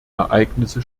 ereignisse